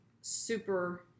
super